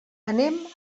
anem